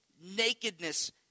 nakedness